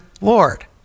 Lord